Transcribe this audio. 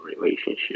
relationship